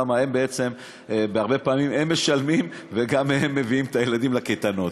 כי הם בעצם הרבה פעמים משלמים וגם מביאים את הילדים לקייטנות.